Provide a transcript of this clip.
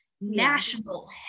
national